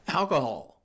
alcohol